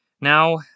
now